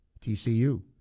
TCU